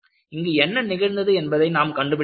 இங்கு என்ன நிகழ்ந்தது என்பதை நாம் கண்டுபிடிக்க வேண்டும்